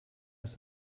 ist